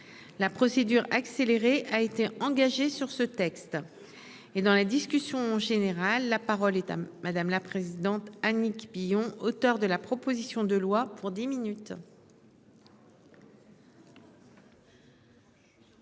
La procédure accélérée a été engagée sur ce texte et dans la discussion générale. La parole est à madame la présidente Annick Billon, auteur de la proposition de loi pour 10 minutes.